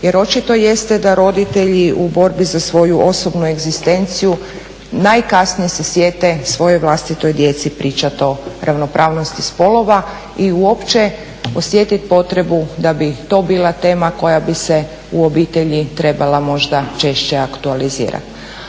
Jer očito jeste da roditelji u borbi za svoju osobnu egzistenciju najkasnije se sjete svojoj vlastitoj djeci pričati o ravnopravnosti spolova i uopće osjetiti potrebu da bi to bila tema koja bi se u obitelji trebala možda češće aktualizirati.